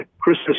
Christmas